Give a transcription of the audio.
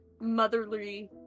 motherly